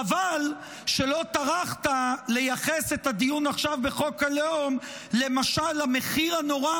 חבל שלא טרחת לייחס את הדיון עכשיו בחוק הלאום למשל למחיר הנורא